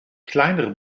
kleinere